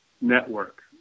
network